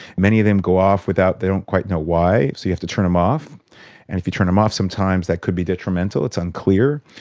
many of them go off, they they don't quite know why, so you have to turn them off, and if you turn them off sometimes that could be detrimental, it's unclear.